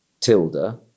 Tilda